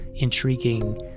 intriguing